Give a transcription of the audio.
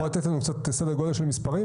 יכול לתת לנו סדר גודל של מספרים?